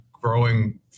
growing